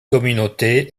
communauté